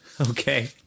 okay